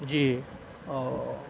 جی